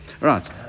right